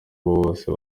wose